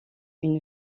une